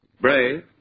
Brave